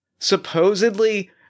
supposedly